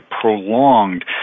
prolonged